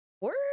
word